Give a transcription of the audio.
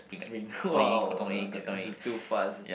!wow! okay this is too fast